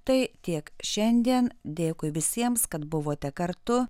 tai tiek šiandien dėkui visiems kad buvote kartu